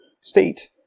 state